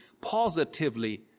positively